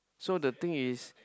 so the thing is